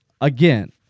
again